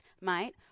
mate